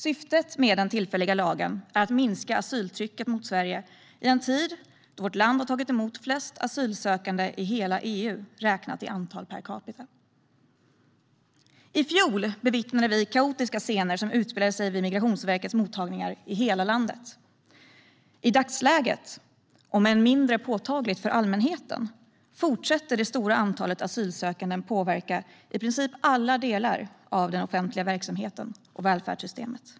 Syftet med den tillfälliga lagen är att minska asyltrycket mot Sverige i en tid då vårt land har tagit emot flest asylsökande i hela EU, räknat i antal per capita. I fjol bevittnade vi kaotiska scener som utspelade sig vid Migrationsverkets mottagningar i hela landet. I dagsläget, om än mindre påtagligt för allmänheten, fortsätter det stora antalet asylsökande att påverka i princip alla delar av den offentliga verksamheten och välfärdssystemet.